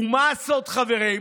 מה הסוד, חברים?